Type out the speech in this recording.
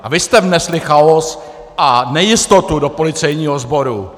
A vy jste vnesli chaos a nejistotu do policejního sboru.